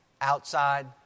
Outside